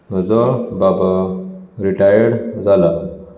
म्हजो बाबा रिटायर्ड जाला